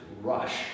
rush